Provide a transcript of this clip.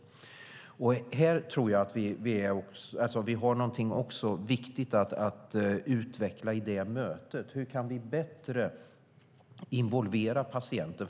Vi har något viktigt att utveckla i detta möte. Hur kan vi bättre involvera patienten?